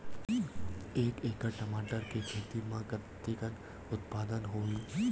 एक एकड़ टमाटर के खेती म कतेकन उत्पादन होही?